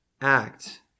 act